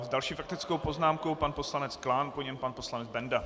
S další faktickou poznámkou pan poslanec Klán, po něm pan poslanec Benda.